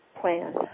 plan